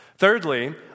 Thirdly